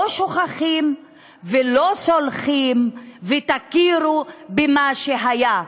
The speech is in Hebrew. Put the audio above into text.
לא שוכחים ולא סולחים ותכירו במה שהיה.